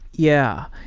yeah.